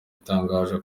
itangaje